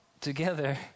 together